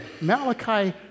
Malachi